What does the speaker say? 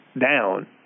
down